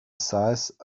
size